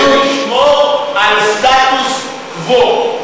כדי לשמור על סטטוס קוו.